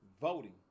voting